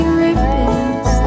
ribbons